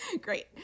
Great